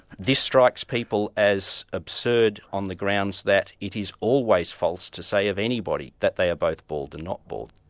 this strikes people as absurd on the grounds that it is always false to say of anybody that they are both bald and not bald.